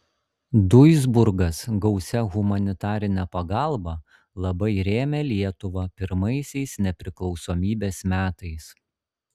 duisburgas gausia humanitarine pagalba labai rėmė lietuvą pirmaisiais nepriklausomybės metais